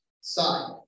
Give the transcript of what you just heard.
side